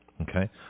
okay